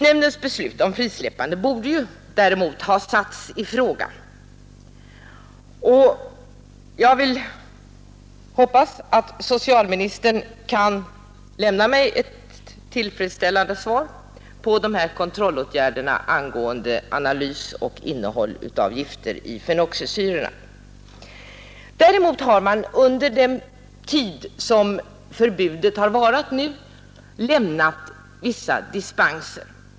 Nämndens beslut om frisläppande borde ha satts i fråga, och jag hoppas att socialministern kan lämna mig ett tillfredsställande svar på frågan om kontrollåtgärderna angående analys och gifthalter i fenoxisyrorna. Under den tid som förbudet rått har det lämnats vissa dispenser.